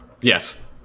Yes